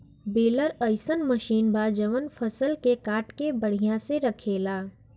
baler अइसन मशीन बा जवन फसल के काट के बढ़िया से रखेले